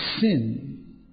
sin